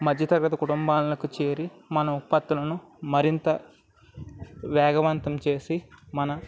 మధ్యతరగతి కుటుంబాలకు చేరి మన ఉత్పత్తులను మరింత వేగవంతం చేసి మన